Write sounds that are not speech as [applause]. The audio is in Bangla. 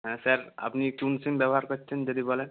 হ্যাঁ স্যার আপনি [unintelligible] সিম ব্যবহার করছেন যদি বলেন